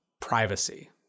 privacy